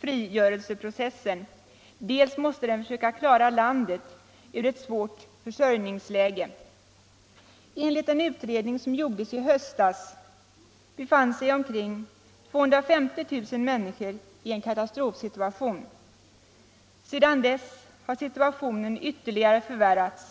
frigörelseprocessen, dels måste den försöka klara landet ur ett svårt försörjningsläge. Enligt en utredning som gjordes i höstas, befann sig omkring 250 000 människor i en katastrofsituation. Sedan dess har situationen ytterligare förvärrats.